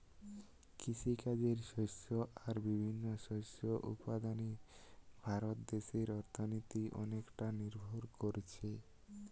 কৃষিকাজের শস্য আর বিভিন্ন শস্য উৎপাদনে ভারত দেশের অর্থনীতি অনেকটা নির্ভর কোরছে